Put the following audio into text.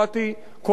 "כוח לעובדים".